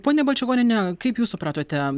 ponia balčikoniene kaip jūs supratote